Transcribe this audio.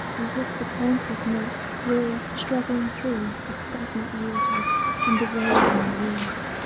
as if the plaintive notes thrilled struggling through the stagnant waters and the waving reeds.